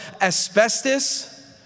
asbestos